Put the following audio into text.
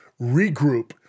regroup